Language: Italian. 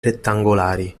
rettangolari